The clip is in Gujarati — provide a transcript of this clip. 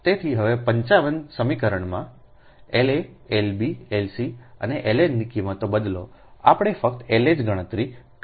તેથી હવે 55 સમીકરણમાં La L b L c અને L n ની કિંમતો બદલો આપણે ફક્ત La જ ગણતરી કરી છે